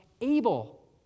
able